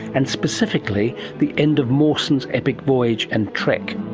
and specifically the end of mawson's epic voyage and trek.